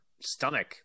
stomach